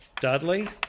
Dudley